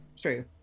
true